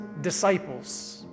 disciples